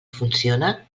funciona